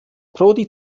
prodi